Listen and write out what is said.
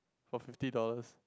for fifty dollars